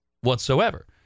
whatsoever